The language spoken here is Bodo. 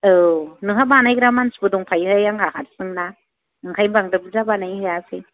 औ नोंहा बानायग्रा मानसिबो दंफायोहाय आंहा हारसिं ना ओंखायनो बांद्राय बुरजा बानायनो हायाखै